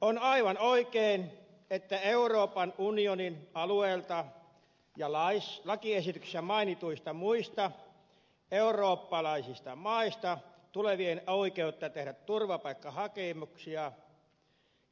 on aivan oikein että euroopan unionin alueelta ja lakiesityksessä mainituista muista eurooppalaisista maista tulevien oikeutta tehdä turvapaikkahakemuksia